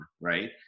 right